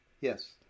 Yes